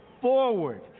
forward